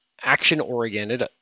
action-oriented